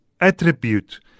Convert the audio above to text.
attribute